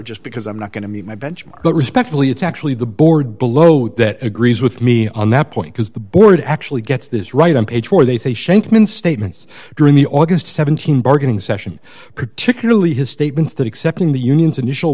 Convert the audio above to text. just because i'm not going to meet my benchmark but respectfully it's actually the board below that agrees with me on that point because the board actually gets this right on page four they say shankman statements during the august seventeen bargaining session particularly his statements that accepting the union's initial